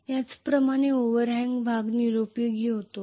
याप्रमाणे हा ओव्हरहाँग भाग निरुपयोगी होतो